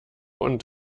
und